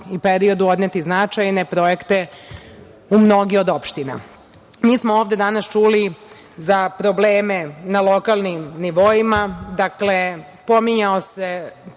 periodu odneti značajne projekte u mnogim opštinama. Mi smo ovde danas čuli za probleme na lokalnim nivoima. Dakle, pominjalo se